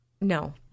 No